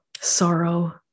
sorrow